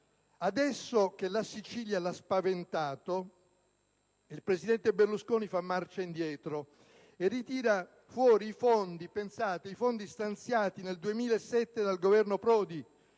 Adesso che la Sicilia l'ha spaventato, il presidente Berlusconi fa marcia indietro e ritira fuori - pensate - i fondi stanziati nel 2007 dal Governo Prodi,